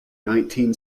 nineteen